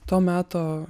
to meto